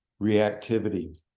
reactivity